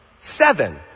Seven